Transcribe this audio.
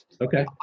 Okay